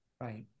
Right